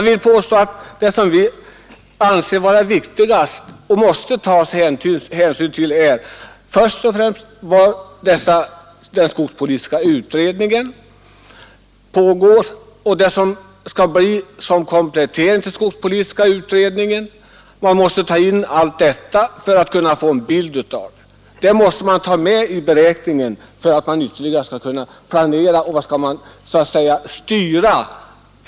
Vad man främst måste ta hänsyn till för att kunna planera och styra utvecklingen är det resultat som skogspolitiska utredningen kommer fram till och den komplettering av utredningen som kan behövas för att vi skall få en bild av läget.